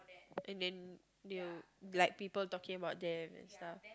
and then you like people talking about them and stuff